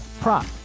prop